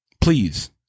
please